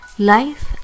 Life